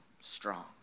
strong